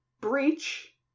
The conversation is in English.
Breach